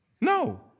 No